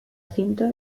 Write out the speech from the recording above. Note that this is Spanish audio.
cinta